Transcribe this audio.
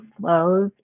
flows